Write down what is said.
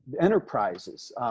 enterprises